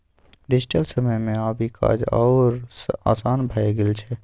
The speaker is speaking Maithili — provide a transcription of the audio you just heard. डिजिटल समय मे आब ई काज आओर आसान भए गेल छै